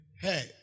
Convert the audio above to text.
Hey